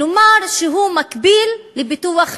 כלומר הוא מקביל לביטוח לאומי.